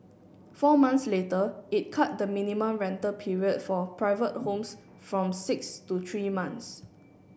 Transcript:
four months later it cut the minimum rental period for private homes from six to three months